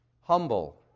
humble